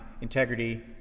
integrity